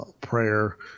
prayer